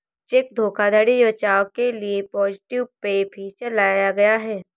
check धोखाधड़ी बचाव के लिए पॉजिटिव पे फीचर लाया गया है